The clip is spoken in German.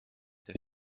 der